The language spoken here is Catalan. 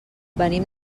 venim